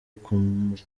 gukumira